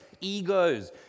egos